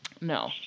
No